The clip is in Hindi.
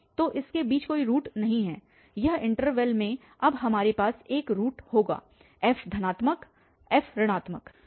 तो इसके बीच कोई रूट नहीं है इस इन्टरवल में अब हमारे पास एक रूट होगा f धनात्मक f ऋणात्मक